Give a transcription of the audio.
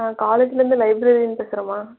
நான் காலேஜுலேந்து லைப்ரேரியன் பேசுறேம்மா